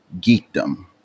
geekdom